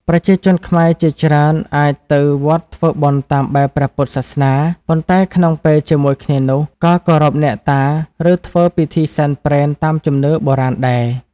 ប្រជាជនខ្មែរជាច្រើនអាចទៅវត្តធ្វើបុណ្យតាមបែបព្រះពុទ្ធសាសនា ប៉ុន្តែក្នុងពេលជាមួយគ្នានោះក៏គោរពអ្នកតា ឬធ្វើពិធីសែនព្រេនតាមជំនឿបុរាណដែរ។